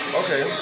okay